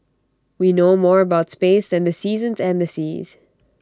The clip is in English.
we know more about space than the seasons and seas